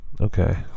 okay